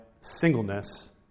singleness